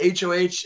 HOH